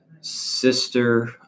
sister